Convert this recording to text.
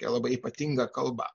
tokia labai ypatinga kalba